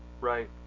right